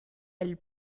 elle